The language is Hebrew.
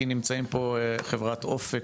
כי נמצאים פה חברת "אופק",